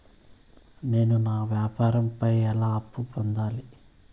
నేను నా వ్యాపారం పై ఎలా అప్పు పొందాలి?